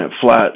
flat